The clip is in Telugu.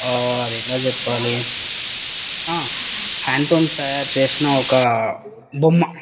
అది ఎలా చెప్పాలి హ్యాండ్తో తయారు చేసిన ఒక బొమ్మ